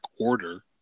Order